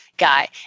guy